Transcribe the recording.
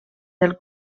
del